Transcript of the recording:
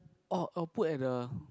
orh or put at the